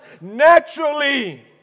naturally